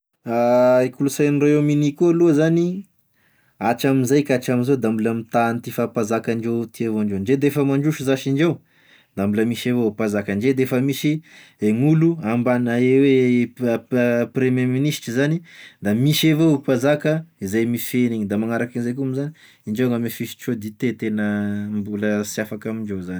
I kolosaign'i Royaume Uni koa aloha zany, hatramzay ka hatramzao da mbola mita agn'ity faha-mpanzakandreo ty avao indreo, ndre defa mandroso zash indreo, da mbola misy avao mpanzaka, ndre defa misy de gn'olo ambany a e, hoe pa a- premier ministry zany, da misy avao mpanzaka izay mifehy an'igny, da manaraky an'izay koa moa zany indreo gn'ame fisotroa dité tena mbola sy afaka amindreo zany.